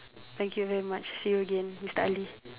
thank you very much see you again mister Ali